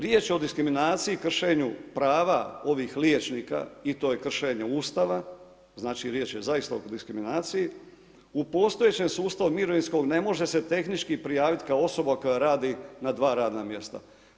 Riječ je o diskriminaciji i kršenju prava ovih liječnika i to je kršenje Ustava, znači riječ je zaista o diskriminaciji, u postojećem sustavu mirovinskom ne može se tehnički prijavit kao osoba koja radi na 2 radna mjesta.